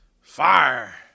Fire